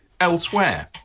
elsewhere